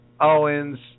Owens